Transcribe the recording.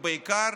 והיא בעיקר